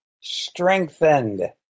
strengthened